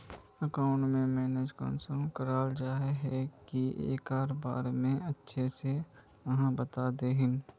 Account के manage कुंसम कराल जाय है की एकरा बारे में अच्छा से आहाँ बता देतहिन?